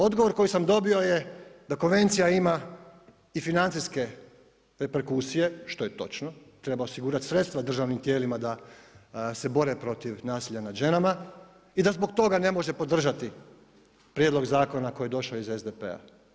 Odgovor koji sam dobio je da konvencija ima i financijske reperkusije, što je točno, treba osigurati sredstva državnim tijelima da se bore protiv nasilja nad ženama i da zbog toga ne može podržati prijedlog zakona koji je došao iz SDP-a.